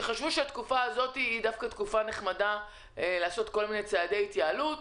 חשבו שהתקופה הזו היא דווקא תקופה נחמדה לעשות כל מיני צעדי התייעלות,